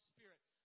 Spirit